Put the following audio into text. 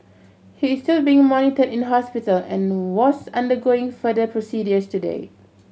he is still being monitored in hospital and was undergoing further procedures today